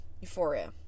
euphoria